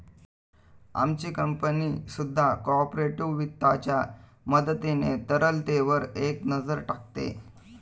आमची कंपनी सुद्धा कॉर्पोरेट वित्ताच्या मदतीने तरलतेवर एक नजर टाकते